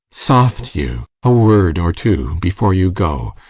soft you a word or two before you go.